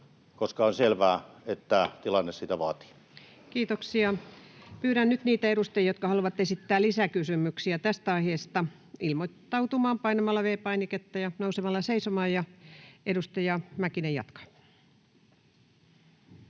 Mäkinen sd) Time: 16:03 Content: Kiitoksia. — Pyydän nyt niitä edustajia, jotka haluavat esittää lisäkysymyksiä tästä aiheesta, ilmoittautumaan painamalla V-painiketta ja nousemalla seisomaan. — Edustaja Mäkinen jatkaa.